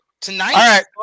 tonight